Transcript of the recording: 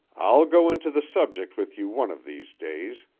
i'll go into the subject with you one of these days,